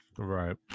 Right